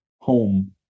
home